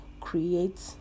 create